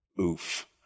Oof